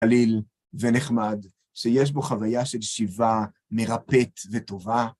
קליל ונחמד, שיש בו חוויה של שיבה מרפאת וטובה.